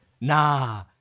nah